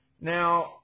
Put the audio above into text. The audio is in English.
Now